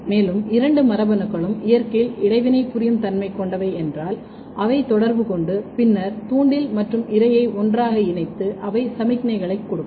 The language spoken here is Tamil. மேலும் இரண்டு மரபணுக்களும் இயற்கையில் இடைவினை புரியும் தன்மை கொண்டவை என்றால் அவை தொடர்புகொண்டு பின்னர் தூண்டில் மற்றும் இரையை ஒன்றாக இணைத்து அவை சமிக்ஞைகளைக் கொடுக்கும்